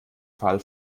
fall